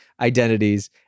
identities